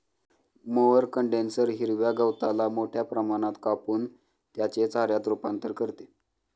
mower conditioner हिरव्या गवताला मोठ्या प्रमाणात कापून त्याचे चाऱ्यात रूपांतर करते